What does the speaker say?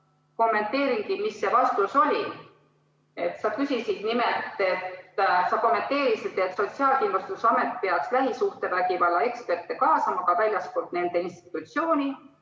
kommenteeringi, mis see vastus oli. Sa nimelt kommenteerisid, et Sotsiaalkindlustusamet peaks lähisuhtevägivalla eksperte kaasama ka väljastpoolt nende institutsiooni,